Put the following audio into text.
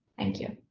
thank you